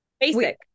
basic